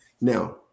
Now